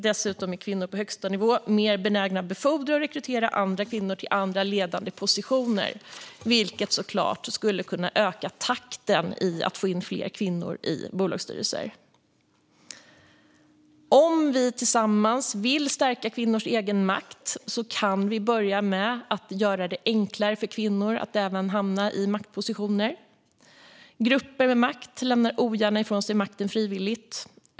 Dessutom är kvinnor på högsta nivå mer benägna att befordra och rekrytera andra kvinnor till ledande positioner, vilket såklart skulle kunna öka takten för att få in fler kvinnor i bolagsstyrelser. Om vi tillsammans vill stärka kvinnors egenmakt kan vi börja med att göra det enklare för kvinnor att hamna i maktpositioner. Grupper med makt lämnar ogärna ifrån sig makten frivilligt.